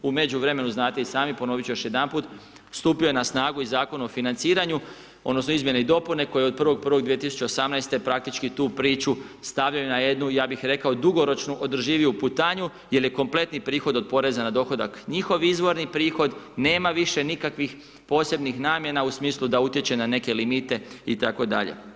U međuvremenu, znate i sami, ponoviti ću još jedanput, stupio je na snagu i Zakon o financiranju odnosno izmijene i dopune koje od 1.1.2018. praktički tu priču stavljaju na jednu, ja bih rekao, dugoročnu održiviju putanju jer je kompletni prihod od Poreza na dohodak njihov izvorni prihod, nema više nikakvih posebnih namjena u smislu da utječe na neke limite itd.